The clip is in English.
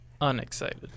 unexcited